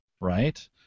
right